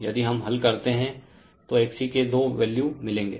यदि हम हल करते हैं तो XC के दो वैल्यू मिलेंगे